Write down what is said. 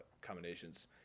combinations